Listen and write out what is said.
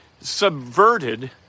subverted